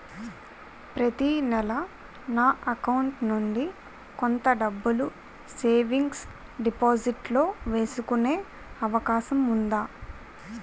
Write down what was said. ప్రతి నెల నా అకౌంట్ నుండి కొంత డబ్బులు సేవింగ్స్ డెపోసిట్ లో వేసుకునే అవకాశం ఉందా?